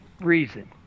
reason